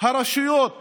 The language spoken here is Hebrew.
שהרשויות